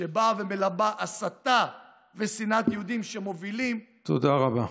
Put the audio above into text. שבאה ומלבה הסתה ושנאת יהודים שמובילים, תודה רבה.